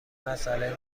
مسئله